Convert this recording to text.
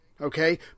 okay